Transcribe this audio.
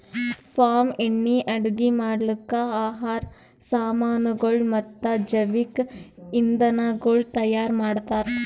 palm ಎಣ್ಣಿ ಅಡುಗಿ ಮಾಡ್ಲುಕ್, ಆಹಾರ್ ಸಾಮನಗೊಳ್ ಮತ್ತ ಜವಿಕ್ ಇಂಧನಗೊಳ್ ತೈಯಾರ್ ಮಾಡ್ತಾರ್